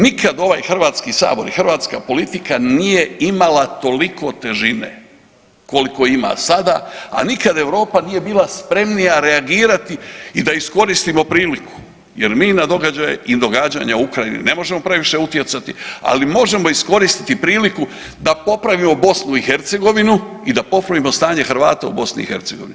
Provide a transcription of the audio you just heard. Nikad ovaj Hrvatski sabor i hrvatska politika nije imala toliko težine koliko ima sada, a nikad Europa nije bila spremnija reagirati i da iskoristimo priliku jer mi na događaje i događanja u Ukrajini ne možemo previše utjecati, ali možemo iskoristiti priliku da popravimo BiH i da popravimo stanje Hrvata u BiH.